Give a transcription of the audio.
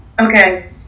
okay